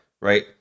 right